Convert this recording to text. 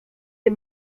des